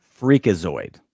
Freakazoid